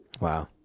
Wow